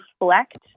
reflect